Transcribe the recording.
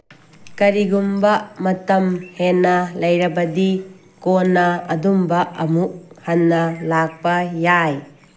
ꯀꯔꯤꯒꯨꯝꯕ ꯃꯇꯝ ꯍꯦꯟꯅ ꯂꯩꯔꯕꯗꯤ ꯀꯣꯟꯅ ꯑꯗꯨꯝꯕ ꯑꯃꯨꯛ ꯍꯟꯅ ꯂꯥꯛꯄ ꯌꯥꯏ